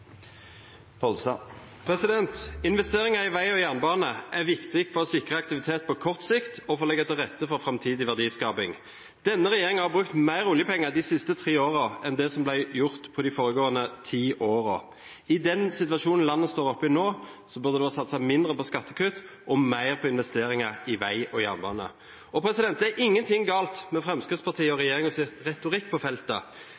viktig for å sikre aktivitet på kort sikt og for å legge til rette for framtidig verdiskaping. Denne regjeringen har brukt mer oljepenger de siste tre årene enn det som ble gjort på de foregående ti årene. I den situasjonen landet står oppe i nå, burde det vært satset mindre på skattekutt og mer på investeringer i vei og jernbane. Det er ingenting galt med Fremskrittspartiets og regjeringens retorikk på feltet,